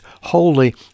holy